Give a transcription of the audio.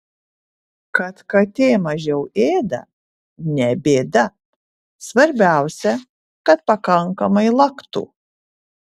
kad katė mažiau ėda ne bėda svarbiausia kad pakankamai laktų